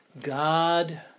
God